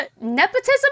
Nepotism